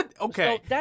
Okay